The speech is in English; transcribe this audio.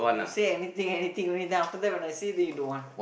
you say anything anything only then after that when I say you don't want